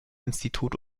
institut